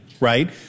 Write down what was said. right